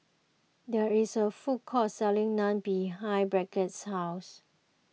there is a food court selling Naan behind Brigitte's house